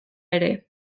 ere